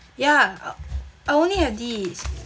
ya I I only have this